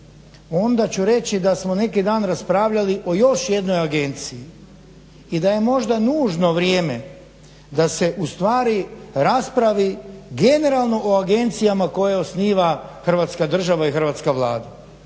onda ću reći da smo neki dan raspravljali o još jednoj agenciji i da je možda nužno vrijeme da se ustvari raspravi generalno o agencijama koje osniva Hrvatska država i hrvatska Vlada